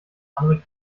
andere